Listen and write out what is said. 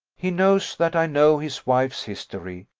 he knows that i know his wife's history,